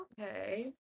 Okay